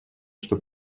что